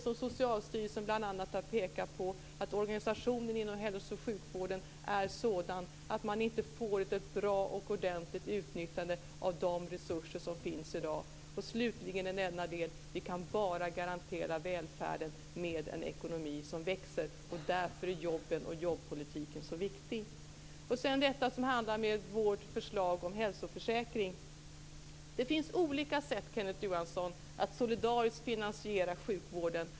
Socialstyrelsen har bl.a. pekat på att organisationen inom hälso och sjukvården är sådan att det inte går att få ett bra och ordentligt utnyttjande av de resurser som finns i dag. Vi kan garantera välfärden bara med hjälp av en ekonomi som växer. Det är därför jobben och jobbpolitiken är så viktig. Sedan var det vårt förslag till hälsoförsäkring. Det finns olika sätt, Kenneth Johansson, att solidariskt finansiera sjukvården.